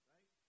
Right